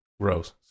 gross